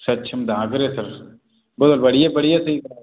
सक्षम डहागरे सर बहुत बढ़िया बढ़िया सही सर